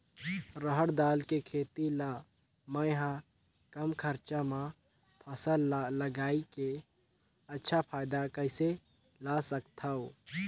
रहर दाल के खेती ला मै ह कम खरचा मा फसल ला लगई के अच्छा फायदा कइसे ला सकथव?